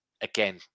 again